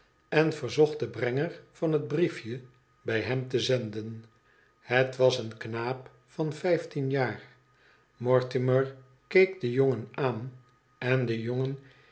en verzocht den brenger van het briefje bij hem te zenden het was een knaap van vijftien jaar mortimer keek den jongen aan en de jonge